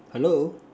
hello